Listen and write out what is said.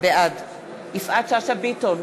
בעד יפעת שאשא ביטון,